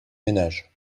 ménages